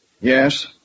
Yes